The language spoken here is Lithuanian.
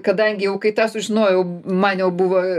kadangi jau kai tą sužinojau man jau buvo